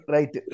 Right